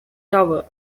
tower